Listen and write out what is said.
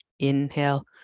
Inhale